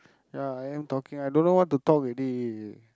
ya I am talking I don't know what to talk already